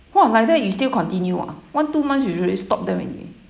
!wah! like that you still continue ah one two months you should already stop them already